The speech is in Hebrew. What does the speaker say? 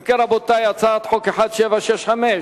רבותי, הצעת חוק 1765,